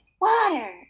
water